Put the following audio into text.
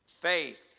Faith